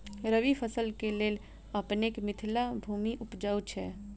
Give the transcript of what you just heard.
रबी फसल केँ लेल अपनेक मिथिला भूमि उपजाउ छै